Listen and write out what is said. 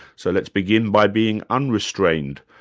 so let's begin by being unrestrained.